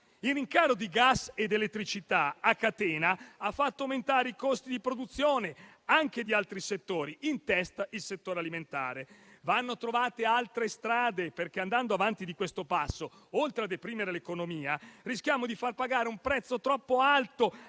Il rincaro di gas ed elettricità a catena hanno fatto aumentare i costi di produzione anche di altri settori, in testa quello alimentare. Vanno trovate altre strade, perché andando avanti di questo passo, oltre a deprimere l'economia, rischiamo di far pagare un prezzo troppo alto